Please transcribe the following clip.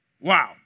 wow